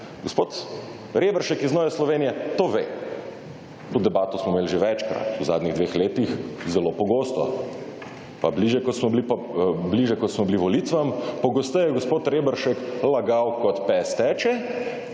Gospod Reberšek iz Nove Slovenije to ve. To debato smo imeli že večkrat, v zadnjih dveh letih zelo pogosto. Pa bližje kot smo bili volitvam, pogosteje je gospod Reberšek lagal kot pes teče,